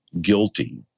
guilty